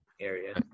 area